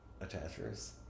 attachers